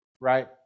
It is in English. Right